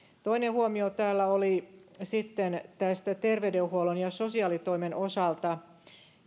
toinen huomio täällä oli sitten terveydenhuollon ja sosiaalitoimen osalta